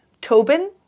Tobin